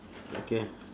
okay